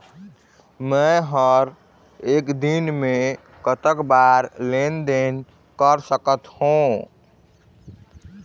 मे हर एक दिन मे कतक बार लेन देन कर सकत हों?